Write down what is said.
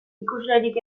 ikuslerik